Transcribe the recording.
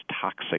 toxic